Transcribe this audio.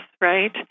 right